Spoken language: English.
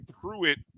Pruitt